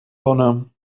sonne